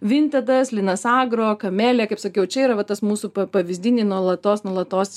vintedas linas agro kamelė kaip sakiau čia yra va tas mūsų pavyzdinį nuolatos nuolatos